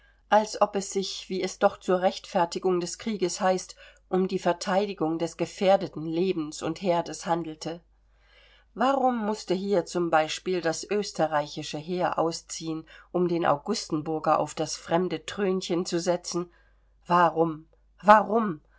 als ob es sich wie es doch zur rechtfertigung des krieges heißt um die verteidigung des gefährdeten lebens und herdes handelte warum mußte hier zum beispiel das österreichische heer ausziehen um den augustenburger auf das fremde thrönchen zu setzen warum warum